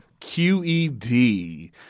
QED